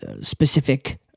specific